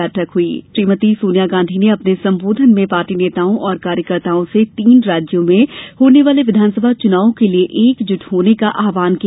बैठक की अध्यक्षता करते हुये श्रीमती सोनिया गांधी ने अपने संबोधन में पार्टी नेताओं तथा कार्यकर्ताओं से तीन राज्यों में होने वाले विधानसभा चुनावों के लिए एकजुट होने का आह्वान किया